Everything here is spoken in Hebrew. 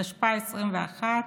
התשפ"א 2021,